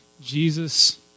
Jesus